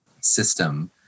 system